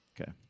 Okay